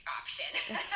option